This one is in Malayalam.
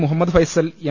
മുഹമ്മദ് ഫൈസൽ എം